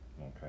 okay